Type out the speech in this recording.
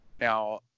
Now